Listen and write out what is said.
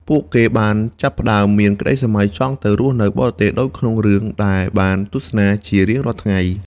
ពួកគេបានចាប់ផ្តើមមានក្តីស្រមៃចង់ទៅរស់នៅបរទេសដូចក្នុងរឿងដែលបានទស្សនាជារៀងរាល់ថ្ងៃ។